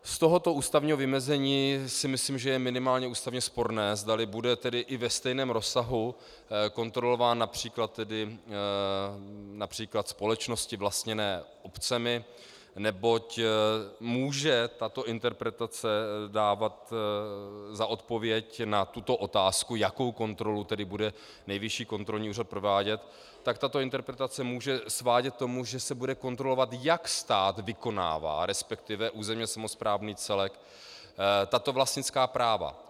Z tohoto ústavního vymezení si myslím, že je minimálně ústavně sporné, zdali budou ve stejném rozsahu kontrolovány například společnosti vlastněné obcemi, neboť může tato interpretace dávat za odpověď na tuto otázku, jakou kontrolu tedy bude Nejvyšší kontrolní úřad provádět, tak tato interpretace může svádět k tomu, že se bude kontrolovat, jak stát vykonává, resp. územně samosprávný celek, tato vlastnická práva.